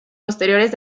posteriores